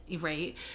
Right